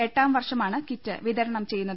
എട്ടാം വർഷമാണ് കിറ്റ് വിതരണം ചെയ്യുന്നത്